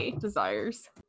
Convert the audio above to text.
desires